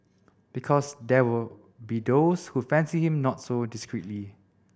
because there will be those who fancy him not so discreetly